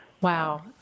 Wow